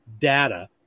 data